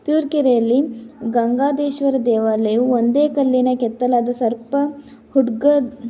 ತುರ್ವೆಕೆರೆ ಅಲ್ಲಿ ಗಂಗಾದೇಶ್ವರ ದೇವಾಲಯವು ಒಂದೇ ಕಲ್ಲಿನ ಕೆತ್ತಲಾದ ಸರ್ಪ ಹುಡ್ಗದ